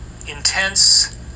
intense